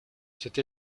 cette